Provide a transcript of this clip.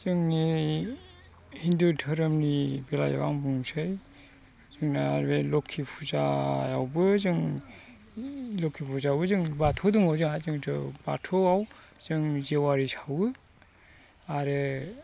जोंनि हिन्दु धोरोमनि बेलायाव आं बुंसै जोंना बे लोखि फुजायावबो जों लोखि फुजायावबो जों बाथौ दङ जोंहा जेहेथु बाथौआव जों जेवारि सावो आरो